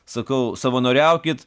sakau savanoriaukit